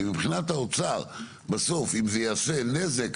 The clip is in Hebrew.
ומבחינת האוצר, בסוף אם זה יעשה נזק